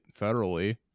federally